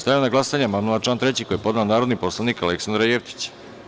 Stavljam na glasanje amandman na član 3. koji je podnela narodni poslanik Aleksandra Jevtić.